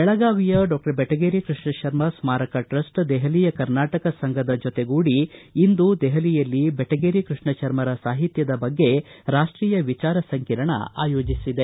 ಬೆಳಗಾವಿಯ ಡಾಕ್ಷರ್ ಬೆಟಗೇರಿ ಕೃಷ್ಣಶರ್ಮ ಸ್ನಾರಕ ಟ್ರಸ್ಸ್ ದೆಹಲಿಯ ಕರ್ನಾಟಕ ಸಂಪದ ಜೊತೆಗೂಡಿ ಇಂದು ದೆಹಲಿಯಲ್ಲಿ ಬೆಟಗೇರಿ ಕೃಷ್ಣಶರ್ಮರ ಸಾಹಿತ್ಯದ ಬಗ್ಗೆ ರಾಷ್ಷೀಯ ವಿಚಾರ ಸಂಕಿರಣವೊಂದನ್ನು ಆಯೋಜಿಸಿದೆ